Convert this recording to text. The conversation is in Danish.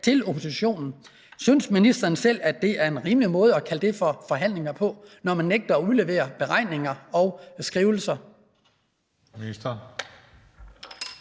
til oppositionen. Synes ministeren selv, at det er rimeligt at kalde det for forhandlinger, når man nægter at udlevere beregninger og skrivelser?